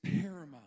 paramount